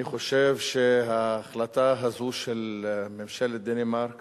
אני חושב שההחלטה הזאת של ממשלת דנמרק